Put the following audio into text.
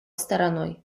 стороной